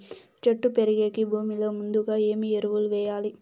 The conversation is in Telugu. చెట్టు పెరిగేకి భూమిలో ముందుగా ఏమి ఎరువులు వేయాలి?